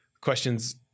questions